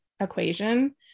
equation